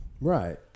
right